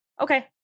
Okay